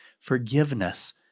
Forgiveness